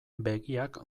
begiak